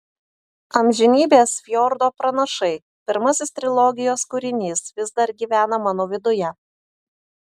amžinybės fjordo pranašai pirmasis trilogijos kūrinys vis dar gyvena mano viduje